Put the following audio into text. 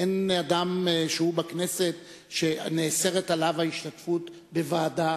אין אדם שהוא בכנסת ונאסרת עליו ההשתתפות בוועדה.